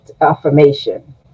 affirmation